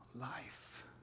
life